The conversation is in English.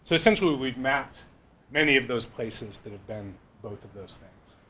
so essentially we've mapped many of those places that have been both of those things.